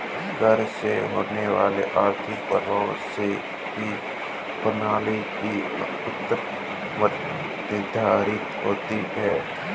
कर से होने वाले आर्थिक प्रभाव से ही कर प्रणाली की उत्तमत्ता निर्धारित होती है